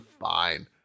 fine